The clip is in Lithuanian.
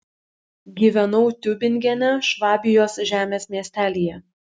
gyvenau tiubingene švabijos žemės miestelyje